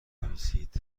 بنویسید